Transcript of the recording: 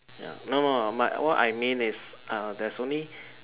ya no no no but what I mean is uh there's only